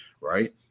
right